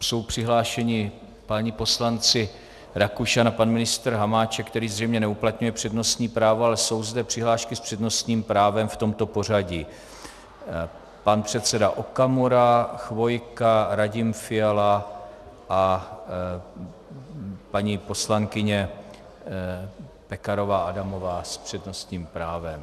Jsou přihlášeni páni poslanci Rakušan a pan ministr Hamáček, který zřejmě neuplatňuje přednostní právo, ale jsou zde přihlášky s přednostním právem v tomto pořadí: pan předseda Okamura, Chvojka, Radim Fiala a paní poslankyně Pekarová Adamová s přednostním právem.